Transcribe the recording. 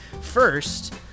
First